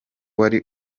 wari